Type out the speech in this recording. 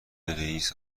رئیس